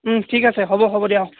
ঠিক আছে হ'ব হ'ব দিয়া অঁ